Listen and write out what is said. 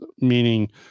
meaning